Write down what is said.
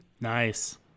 nice